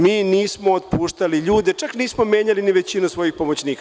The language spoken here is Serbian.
Mi nismo otpuštali ljude, čak nismo menjali ni većinu svojih pomoćnika.